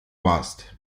warst